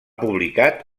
publicat